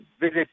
visit